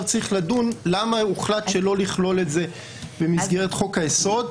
צריך לדון למה הוחלט שלא לכלול את זה במסגרת חוק היסוד.